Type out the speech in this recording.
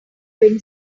win